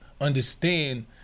understand